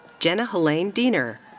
jenna helene diener.